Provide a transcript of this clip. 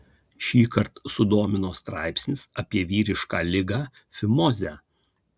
šįkart sudomino straipsnis apie vyrišką ligą fimozę